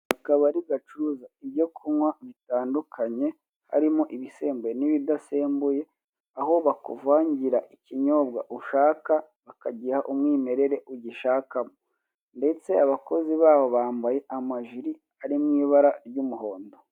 Akabari gacuruza ibyokunywa bitandukanye, harimo ibisembuye n'ibidasembuye, aho bakuvangira ikinyobwa ushaka bakagiha umwimerere ugishakamo ndetse abakozi baho bambaye amajire harimo ibara ry'umuhondo.